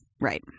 Right